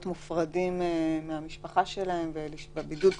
להיות מופרדים מהמשפחה שלהם לטובת בידוד.